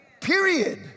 Period